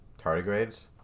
tardigrades